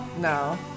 No